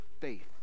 faith